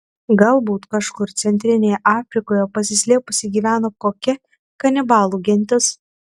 galbūt kažkur centrinėje afrikoje pasislėpusi gyvena kokia kanibalų gentis